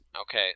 Okay